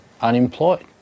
unemployed